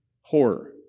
horror